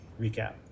recap